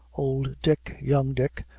old dick, young dick,